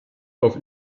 auf